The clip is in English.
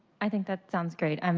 i think that sounds great. and